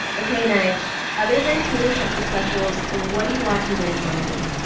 okay, nyge, other than taylor's netflix specials, what are you watching during quarantine?